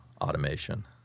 automation